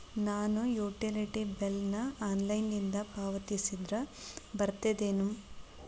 ನಾನು utility bill ನ ಆನ್ಲೈನಿಂದ ಪಾವತಿಸಿದ್ರ ಬರ್ತದೇನು?